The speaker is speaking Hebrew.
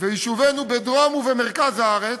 ויישובינו בדרום ובמרכז הארץ,